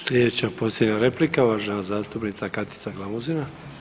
Sljedeća posljednja replika uvažena zastupnica Katica Glamuzina.